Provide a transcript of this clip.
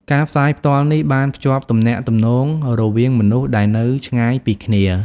ការផ្សាយផ្ទាល់នេះបានភ្ជាប់ទំនាក់ទំនងរវាងមនុស្សដែលនៅឆ្ងាយពីគ្នា។